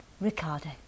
Ricardo